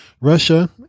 Russia